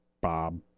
Bob